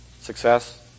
success